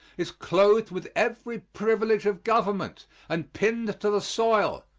is clothed with every privilege of government and pinned to the soil,